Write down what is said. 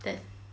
that's